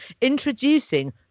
Introducing